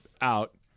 out